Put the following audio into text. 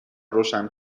روشن